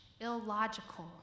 illogical